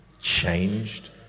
changed